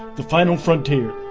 the final frontier